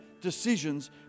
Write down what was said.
decisions